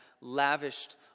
lavished